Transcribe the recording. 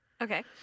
Okay